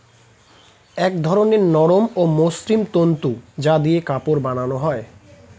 এক ধরনের নরম ও মসৃণ তন্তু যা দিয়ে কাপড় বানানো হয়